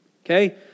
Okay